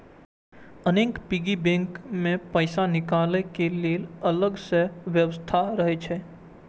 अनेक piggy bank मे पैसा निकालै के लेल अलग सं व्यवस्था रहै छै